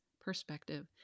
perspective